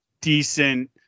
decent